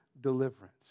deliverance